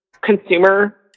consumer